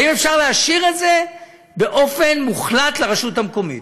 האם אפשר להשאיר את זה באופן מוחלט לרשות המקומית?